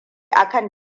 akan